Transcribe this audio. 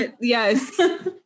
Yes